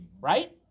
Right